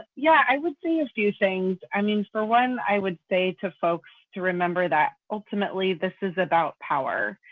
yeah, i would say a few things. i mean, for one, i would say to folks to remember that ultimately this is about power.